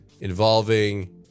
involving